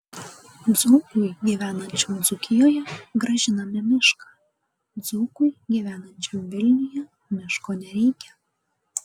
dzūkui gyvenančiam dzūkijoje grąžiname mišką dzūkui gyvenančiam vilniuje miško nereikia